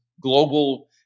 global